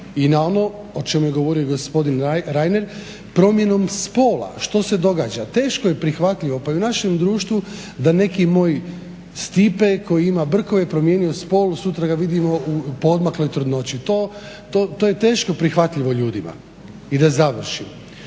I na ono o čemu je govorio gospodin Reiner, promjenom spola što se događa? Teško je prihvatljivo, pa i u našem društvu da neki moj Stipe koji ima brkove promijenio spol, sutra ga vidimo u poodmakloj trudnoći. To je teško prihvatljivo ljudima. I da završim.